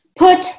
Put